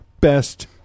best